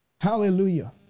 hallelujah